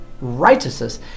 righteousness